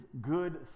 good